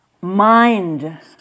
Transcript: Mind